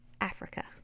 Africa